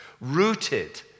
rooted